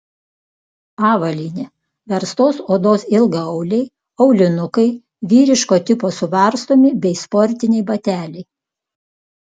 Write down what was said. avalynė verstos odos ilgaauliai aulinukai vyriško tipo suvarstomi bei sportiniai bateliai